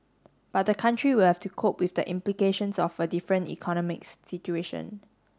but the country will have to cope with the implications of a different economics situation